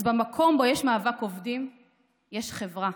אז במקום שבו יש מאבק עובדים יש חברה.